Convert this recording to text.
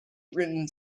written